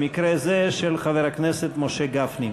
במקרה זה של חבר הכנסת משה גפני.